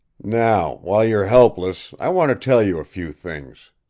now, while you're helpless, i want to tell you a few things,